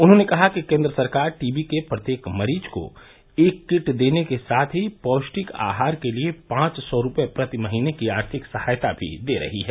उन्होंने कहा कि केन्द्र सरकार टीबी के प्रत्येक मरीज को एक किट देने के साथ ही पौष्टिक आहार के लिये पांच सौ रूपये प्रति महीने की आर्थिक सहायता भी दे रही है